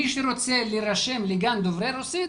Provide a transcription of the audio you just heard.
מי שרוצה להירשם לגן דוברי רוסית,